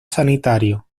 sanitario